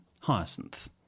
Hyacinth